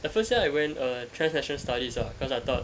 the first year I went uh transnational studies ah cause I thought